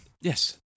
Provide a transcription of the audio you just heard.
Yes